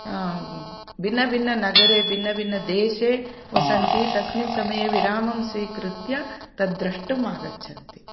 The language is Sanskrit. भिन्नभिन्ननगरे भिन्नभिन्नदेशे वसन्ति तस्मिन् समये विरामं स्वीकृत्य तद् द्रष्टुम् आगच्छन्ति